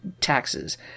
taxes